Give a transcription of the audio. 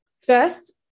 First